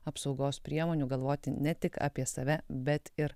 apsaugos priemonių galvoti ne tik apie save bet ir